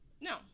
No